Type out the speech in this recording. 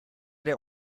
der